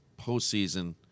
postseason